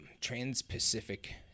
Trans-Pacific